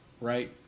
right